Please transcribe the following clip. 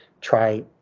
try